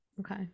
okay